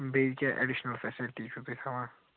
بیٚیہِ کیٛاہ additional facility چھُو تُہۍ تھاوان